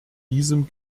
diesem